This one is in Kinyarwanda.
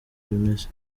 bimeze